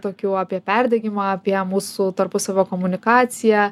tokių apie perdegimą apie mūsų tarpusavio komunikaciją